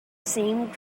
same